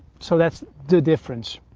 so that's the difference.